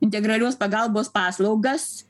integralios pagalbos paslaugas